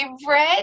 favorite